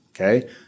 okay